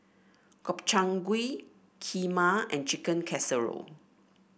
Gobchang Gui Kheema and Chicken Casserole